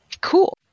Cool